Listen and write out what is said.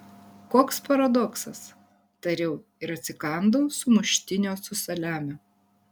koks paradoksas tariau ir atsikandau sumuštinio su saliamiu